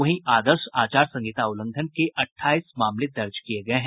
वहीं आदर्श आचार संहिता उल्लंघन के अठाईस मामले दर्ज किये गये हैं